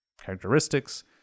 characteristics